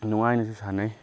ꯅꯨꯡꯉꯥꯏꯅꯁꯨ ꯁꯥꯟꯅꯩ